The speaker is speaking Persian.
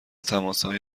تماسهایی